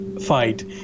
fight